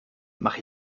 mach